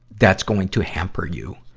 that's going to hamper you.